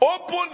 Open